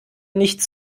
nichts